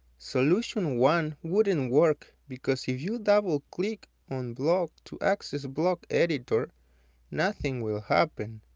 solution one wouldn't work because if you double click on block to access block editor nothing will happen.